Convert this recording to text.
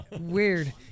weird